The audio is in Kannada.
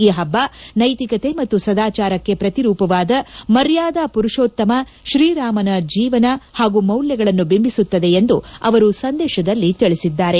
ಈ ಹಬ್ಬ ನೈತಿಕತೆ ಮತ್ತು ಸದಾಚಾರಕ್ಕೆ ಪ್ರತಿರೂಪವಾದ ಮರ್ಯಾದಾ ಪುರುಷೋತ್ತಮ ಶ್ರೀರಾಮನ ಜೀವನ ಹಾಗೂ ಮೌಲ್ಯಗಳನ್ನೂ ಬಿಂಬಿಸುತ್ತದೆ ಎಂದು ಅವರು ಸಂದೇಶದಲ್ಲಿ ತಿಳಿಸಿದ್ದಾರೆ